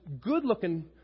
good-looking